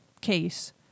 case